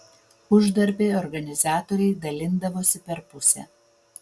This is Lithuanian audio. uždarbį organizatoriai dalindavosi per pusę